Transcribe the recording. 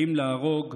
האם להרוג?